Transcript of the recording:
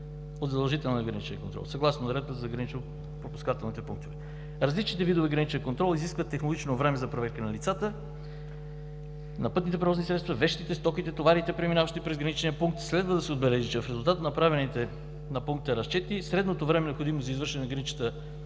от задължителния граничен контрол съгласно Наредбата за гранично пропускателните пунктове. Различните видове граничен контрол изискват технологично време за проверка на лицата, на пътните превозни средства, вещите, стоките, товарите, преминаващи през граничния пункт. Следва да се отбележи, че в резултат на направените на пункта разчети, средното време, необходимо за извършване на граничната